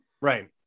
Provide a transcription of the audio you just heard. Right